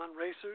racers